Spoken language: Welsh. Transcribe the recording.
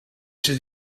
sydd